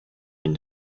been